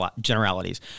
generalities